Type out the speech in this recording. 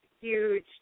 huge